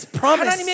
promise